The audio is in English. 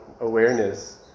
awareness